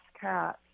cat